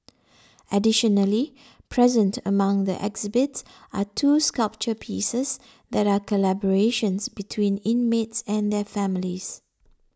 additionally present among the exhibits are two sculpture pieces that are collaborations between inmates and their families